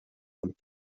und